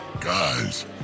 Guys